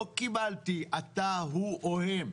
לא קיבלתי "אתה", "הוא" או "הם".